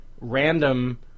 random